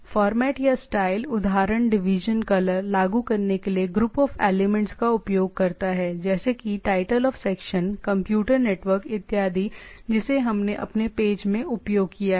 format या style उदाहरण div colour लागू करने के लिए ग्रुप ऑफ एलिमेंट्स का उपयोग करता है जैसे की title of section computer network इत्यादि जिसे हमने अपने पेज में उपयोग किया है